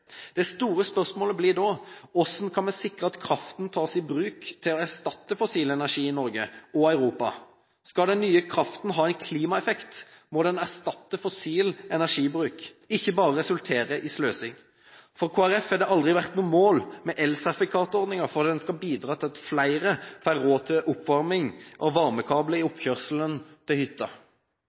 Det store spørsmålet blir da hvordan vi kan sikre at kraften tas i bruk til å erstatte fossil energi i Norge og Europa. Skal den nye kraften ha en klimaeffekt, må den erstatte fossil energibruk, ikke bare resultere i sløsing. For Kristelig Folkeparti har det aldri vært noe mål at elsertifikatordningen skal bidra til at flere får råd til oppvarming og varmekabler i oppkjørselen til hytta.